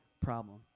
problem